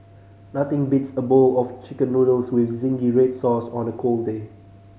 nothing beats a bowl of Chicken Noodles with zingy red sauce on a cold day